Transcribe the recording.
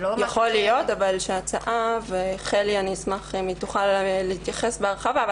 אני אשמח אם חלי תוכל להתייחס בהרחבה,